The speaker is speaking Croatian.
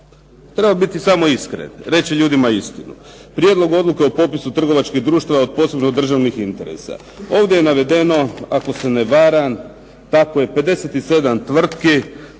treba biti samo iskren, reći ljudima samo istinu, Prijedlog odluke o popisu trgovačkih društava od posebno državnih interesa. Ovdje je navedeno ako se ne varam 57 tvrtke,